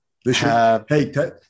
hey